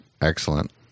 Excellent